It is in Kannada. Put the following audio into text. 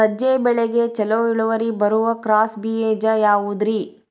ಸಜ್ಜೆ ಬೆಳೆಗೆ ಛಲೋ ಇಳುವರಿ ಬರುವ ಕ್ರಾಸ್ ಬೇಜ ಯಾವುದ್ರಿ?